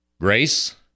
Grace